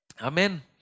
amen